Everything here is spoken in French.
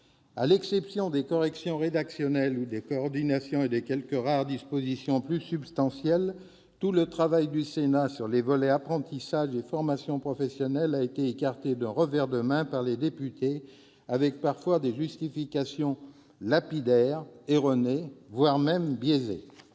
À l'exception des corrections rédactionnelles, des coordinations et de quelques rares dispositions plus substantielles, tout le travail du Sénat sur les volets « apprentissage » et « formation professionnelle » a été écarté d'un revers de main par les députés, avec parfois des justifications lapidaires, erronées, voire biaisées.